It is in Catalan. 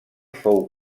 fou